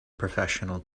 professional